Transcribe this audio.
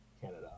Canada